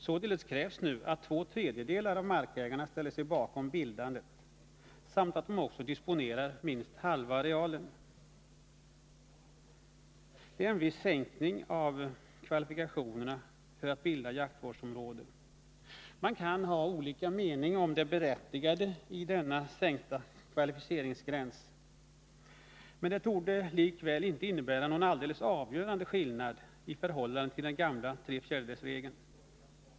Således krävs det nu att två tredjedelar av markägarna ställer sig bakom bildandet samt att de också disponerar minst halva arealen. Det är en viss sänkning av kvalifikationerna för att bilda jaktvårdsområ Man kan ha olika mening om det berättigade i sänkningen av denna Onsdagen den kvalifikationsgräns, men det torde likväl inte innebära någon alldeles 19 november 1980 avgörande skillnad i förhållande till den gamla trefjärdedelsregeln.